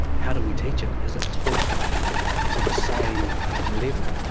how do we teach it? is it taught to the same level?